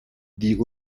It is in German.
die